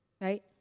Right